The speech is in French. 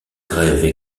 grèves